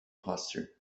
poster